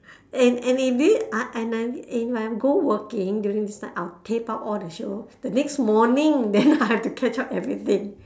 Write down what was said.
and and if this uh and I if I go working during this time I'll tape up all the show the next morning then I'll have to catch up everything